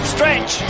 Stretch